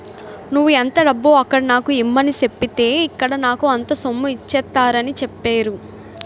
నువ్వు ఎంత డబ్బు అక్కడ నాకు ఇమ్మని సెప్పితే ఇక్కడ నాకు అంత సొమ్ము ఇచ్చేత్తారని చెప్పేరు